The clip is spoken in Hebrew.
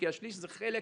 כי השליש זה חלק